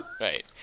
Right